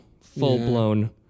full-blown